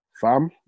fam